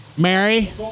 Mary